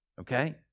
okay